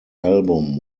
album